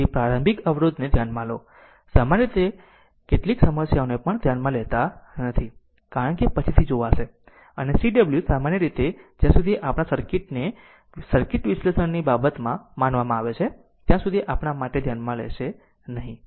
તેથી ફક્ત પ્રારંભિક અવરોધને ધ્યાનમાં લો સામાન્ય રીતે કેટલાક સમસ્યાઓ માટે ધ્યાનમાં લેતા નથી કારણ કે પછીથી જોશે અને cw સામાન્ય રીતે જ્યાં સુધી આપણા સર્કિટ ને સર્કિટ વિશ્લેષણની બાબતમાં માનવામાં આવે છે ત્યાં સુધી આપણા માટે ધ્યાનમાં લેશે નહીં